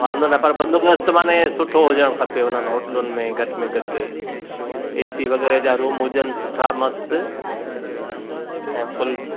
वांदो न पर बंदोबस्तु माने सुठो हुजणु खपे उन होटलुनि में घटि में घटि ए सी वग़ैरह जा रुम हुजनि सुठा मस्त ऐं फुल